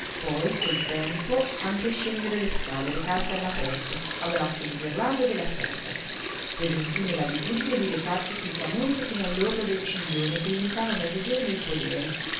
poi col tempo anche scendere la scala e recarsi all'aperto a braccio di gerlando e della serva prese infine l'abitudine di recarsi sul tramonto fino all'orlo del ciglione che limitava a mezzogiorno il podere